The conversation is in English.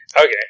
Okay